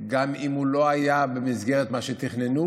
גם אם הוא לא היה במסגרת מה שתכננו,